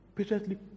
Patiently